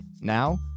Now